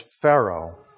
Pharaoh